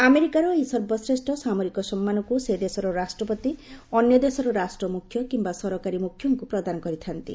ଆମେରିକାର ଏହି ସର୍ବଶ୍ରେଷ୍ଠ ସାମରିକ ସନ୍ନାନକୁ ସେ ଦେଶର ରାଷ୍ଟ୍ରପତି ଅନ୍ୟ ଦେଶର ରାଷ୍ଟ୍ର ମୁଖ୍ୟ କିମ୍ବା ସରକାରୀ ମୁଖ୍ୟଙ୍କୁ ପ୍ରଦାନ କରିଥାନ୍ତି